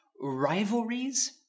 Rivalries